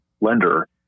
lender